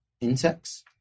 insects